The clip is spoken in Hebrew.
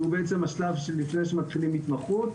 שהוא השלב לפני שמתחילים התמחות.